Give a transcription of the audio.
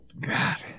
God